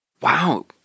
Wow